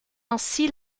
ainsi